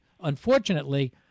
Unfortunately